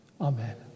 Amen